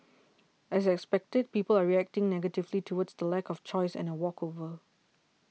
as expected people are reacting negatively towards the lack of choice and a walkover